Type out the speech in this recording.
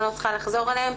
אני לא צריכה לחזור עליהם.